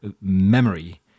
memory